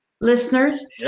listeners